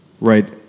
right